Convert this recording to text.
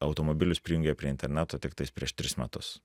automobilius prijungė prie interneto tiktais prieš tris metus